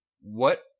what-